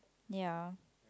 ya